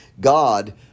God